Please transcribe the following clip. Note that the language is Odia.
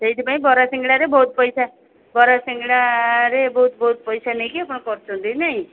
ସେଇଥିପାଇଁ ବରା ସିଙ୍ଗଡ଼ାରେ ବହୁତ ପଇସା ବରା ସିଙ୍ଗଡ଼ାରେ ବହୁତ ବହୁତ ପଇସା ନେଇକି ଆପଣ କରୁଛନ୍ତି ନାଇଁ